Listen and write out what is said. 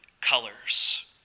colors